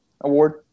award